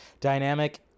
Dynamic